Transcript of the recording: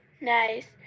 nice